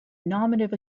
nominative